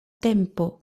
tempo